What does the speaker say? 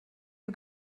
you